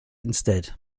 instead